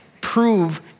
prove